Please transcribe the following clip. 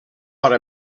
hora